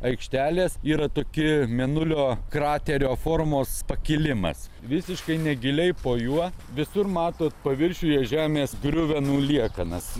aikštelės yra toki mėnulio kraterio formos pakilimas visiškai negiliai po juo visur matot paviršiuje žemės griuvenų liekanas